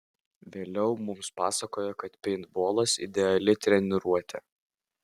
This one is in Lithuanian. vėliau mums pasakojo kad peintbolas ideali treniruotė